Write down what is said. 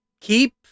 keep